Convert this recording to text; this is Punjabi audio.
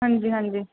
ਹਾਂਜੀ ਹਾਂਜੀ